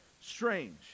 strange